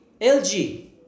lg